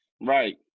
Right